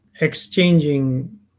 exchanging